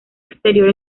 exterior